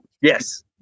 Yes